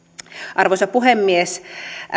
arvoisa puhemies